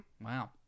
Wow